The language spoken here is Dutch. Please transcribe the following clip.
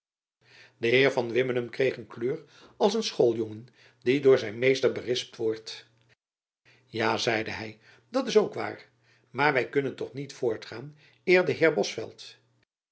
de heer van wimmenum kreeg een kleur als een schooljongen die door zijn meester berispt wordt jacob van lennep elizabeth musch ja zeide hy dat is ook waar maar wy kunnen toch niet voortgaan eer de